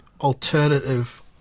alternative